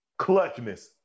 Clutchness